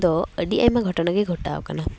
ᱫᱚ ᱟᱹᱰᱤ ᱟᱭᱢᱟ ᱜᱷᱚᱴᱚᱱᱟ ᱜᱮ ᱜᱷᱚᱴᱟᱣ ᱠᱟᱱᱟ